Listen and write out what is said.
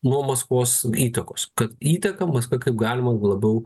nuo maskvos įtakos įtaką maskva kaip galima labiau